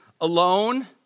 alone